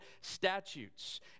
statutes